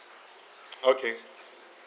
okay